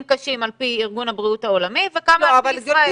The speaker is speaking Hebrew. קשים על פי ארגון הבריאות העולמי וכמה בישראל.